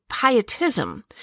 pietism